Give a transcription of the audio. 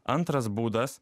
antras būdas